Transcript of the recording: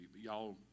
Y'all